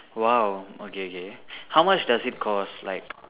!wow! okay okay how much does it cost like